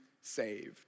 saved